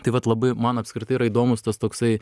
tai vat labai man apskritai yra įdomus tas toksai